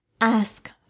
ask